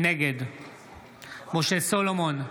נגד משה סולומון,